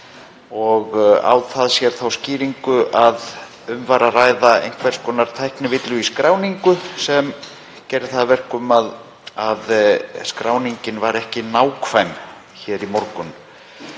að. Á það sér þá skýringu að um var að ræða einhvers konar tæknivillu í skráningu sem gerði það að verkum að skráningin var ekki nákvæm hér í morgun.